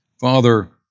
Father